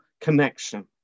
connection